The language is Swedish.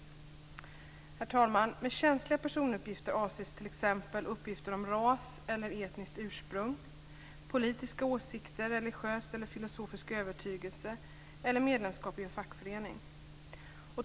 Herr talman! Med känsliga personuppgifter avses t.ex. uppgifter om ras eller etniskt ursprung, politiska åsikter, religiös eller filosofisk övertygelse eller medlemskap i fackförening.